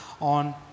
on